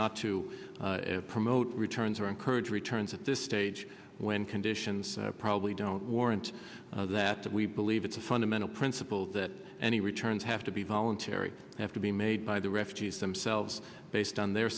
not to promote returns or encourage returns at this stage when conditions probably don't warrant that that we believe it's a fundamental principle that any returns have to be voluntary have to be made by the refugees themselves based on their